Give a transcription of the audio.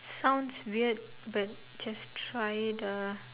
sounds weird but just try it uh